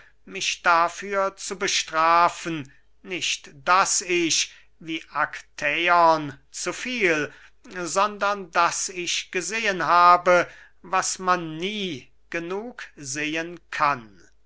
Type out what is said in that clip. mich dafür zu bestrafen nicht daß ich wie aktäon zu viel sondern daß ich gesehen habe was man nie genug sehen kann